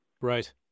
right